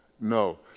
No